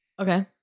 Okay